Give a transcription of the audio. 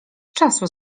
czasu